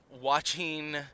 Watching